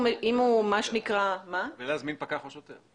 או להזמין פקח או שוטר.